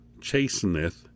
chasteneth